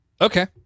Okay